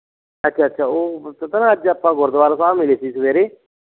ਅੱਛਾ ਅੱਛਾ ਉਹ ਪਤਾ ਨਾ ਅੱਜ ਆਪਾਂ ਗੁਰਦੁਆਰਾ ਸਾਹਿਬ ਮਿਲੇ ਸੀ ਸਵੇਰੇ